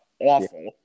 awful